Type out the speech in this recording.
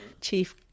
Chief